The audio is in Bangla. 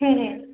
হুম হুম